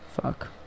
Fuck